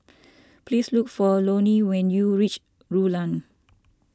please look for Loney when you reach Rulang